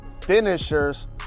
finishers